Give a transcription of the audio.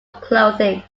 clothing